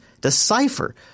decipher